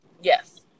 yes